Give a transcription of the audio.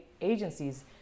agencies